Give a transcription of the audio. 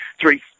Three